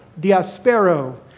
Diaspero